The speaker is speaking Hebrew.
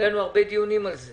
היו לנו הרבה דיונים על זה.